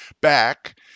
back